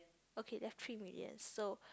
okay left three million so